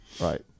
right